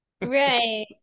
Right